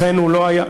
לכן הוא לא היה.